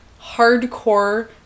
Hardcore